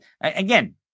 Again